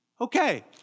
Okay